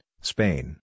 Spain